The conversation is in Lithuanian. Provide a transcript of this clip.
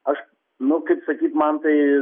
aš nu kaip sakyt man tai